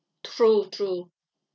true true